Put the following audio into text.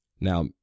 Now